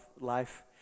life